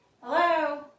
Hello